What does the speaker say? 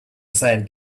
aside